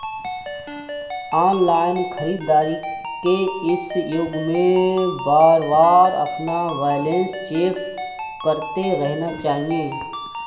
online खरीदारी के इस युग में बारबार अपना बैलेंस चेक करते रहना चाहिए